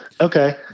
Okay